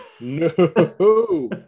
no